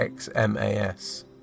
Xmas